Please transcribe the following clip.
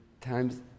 times